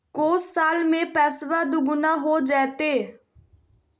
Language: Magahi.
को साल में पैसबा दुगना हो जयते?